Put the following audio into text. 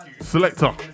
Selector